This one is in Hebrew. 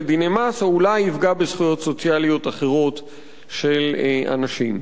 דיני מס או אולי יפגע בזכויות סוציאליות אחרות של הנשים.